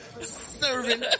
serving